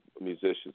musicians